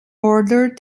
ordered